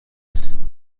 mouse